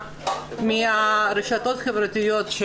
זה מהרשתות החברתיות.